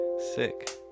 Sick